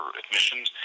admissions